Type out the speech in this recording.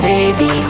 Baby